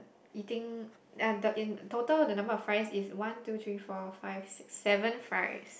eating ya the in total number of fries is one two three four five six seven seven fries